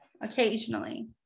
occasionally